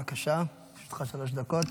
בבקשה, לרשותך שלוש דקות.